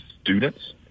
students